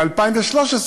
ב-2013,